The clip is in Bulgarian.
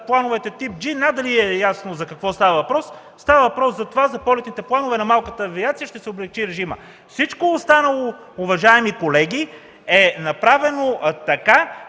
плановете тип „Джи”, надали й е ясно за какво става въпрос. Става въпрос, че за полетните планове на малката авиация ще се облекчи режимът. Всичко останало, уважаеми колеги, е така направено,